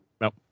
Nope